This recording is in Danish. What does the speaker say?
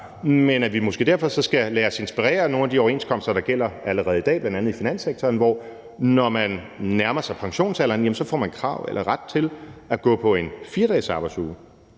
men at vi måske derfor skal lade os inspirere af nogle af de overenskomster, der gælder allerede i dag, bl.a. i finanssektoren, hvor det er sådan, at når man nærmer sig pensionsalderen, får man krav på eller ret til at gå på en 4-dagesarbejdsuge.